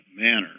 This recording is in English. manner